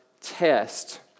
test